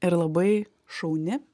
ir labai šauni